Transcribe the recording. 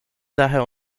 daher